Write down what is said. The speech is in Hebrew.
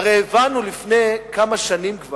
הרי הבנו כבר לפני כמה שנים,